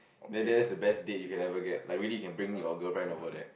then then that's the best date you can ever get like really you can bring your girlfriend over there